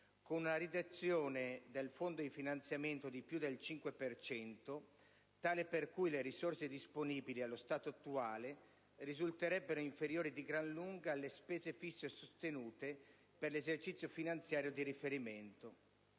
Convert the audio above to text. con una riduzione del fondo di finanziamento di più del 5 per cento, tale per cui le risorse disponibili allo stato attuale risulterebbero inferiori di gran lunga alle spese fisse sostenute per l'esercizio finanziario di riferimento».